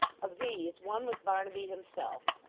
of these, one was barnaby himself,